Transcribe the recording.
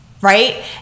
Right